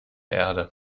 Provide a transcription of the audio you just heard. erde